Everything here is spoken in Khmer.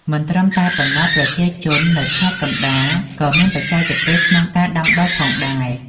មិនត្រឹមតែប៉ុណ្ណោះ ប្រជាជននៅខេត្តកណ្ដាលក៏មានបច្ចេកទេសក្នុងការដាំដុះផងដែរ។